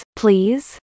please